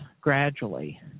gradually